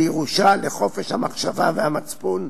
לירושה, לחופש המחשבה והמצפון,